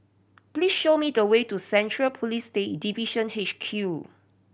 please show me the way to Central Police Day Division H Q